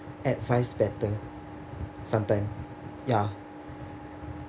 advice better sometime ya